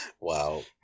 Wow